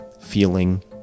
feeling